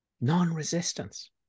Non-resistance